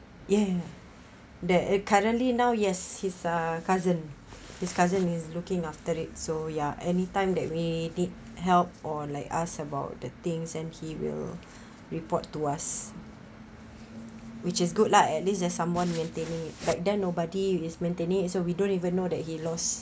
yeah that it currently now yes his uh cousin his cousin is looking after it so ya anytime that we need help or like ask about the things and he will report to us which is good lah at least there's someone maintaining it back then nobody is maintaining it so we don't even know that he lost